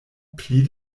pli